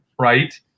right